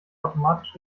automatisch